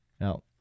Now